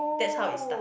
that's how it started